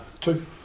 two